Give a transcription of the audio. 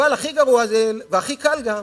אבל הכי גרוע, והכי קל גם,